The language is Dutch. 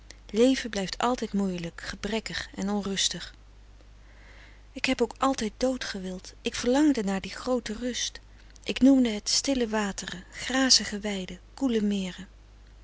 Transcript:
leven blijft altijd moeielijk gebrekkig en onrustig ik heb ook altijd dood gewild ik verlangde naar die groote rust ik noemde het stille wateren grazige weiden koele meren